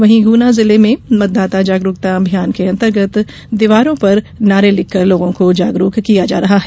वहीं गुना जिले में मतदाता जागरूकता अभियान के अंतर्गत दीवारों पर नारे लिखकर लोगों को जागरूक किया जा रहा है